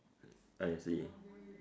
I see